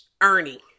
Ernie